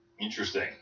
Interesting